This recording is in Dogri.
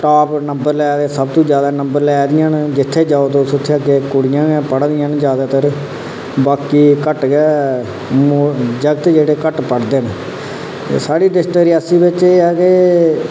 टॉप नंबर ले दे सब तू जादै नंबर लै दियां न जित्थै जाओ उत्थै गै जादै कुड़ियां गै पढ़ा दियां न जादैतर बाकी घट्ट गै जागत जेह्ड़े घट्ट पढ़दे न ते साढ़े डिस्ट्रिक्ट रियासी बिच एह् ऐ के